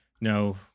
no